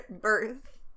birth